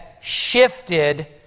shifted